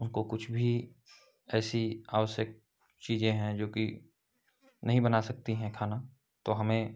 उसको कुछ भी ऐसी आवश्यक चीज़ें हैं जोकि नहीं बना सकती हैं खाना तो हमें